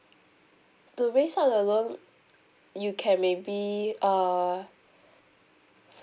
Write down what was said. to raise up the loan you can maybe uh